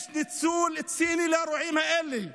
יש ניצול ציני שלה אירועים האלה